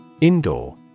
Indoor